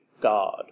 God